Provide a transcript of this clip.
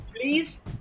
Please